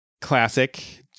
Classic